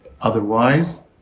Otherwise